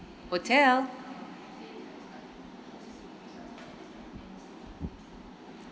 hotel